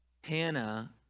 Hannah